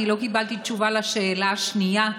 אני לא קיבלתי תשובה על השאלה השנייה: